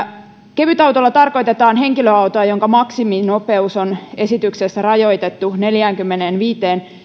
kevytautolla tarkoitetaan henkilöautoa jonka maksiminopeus on esityksessä rajoitettu neljäänkymmeneenviiteen